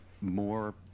more